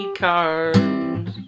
cards